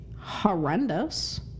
horrendous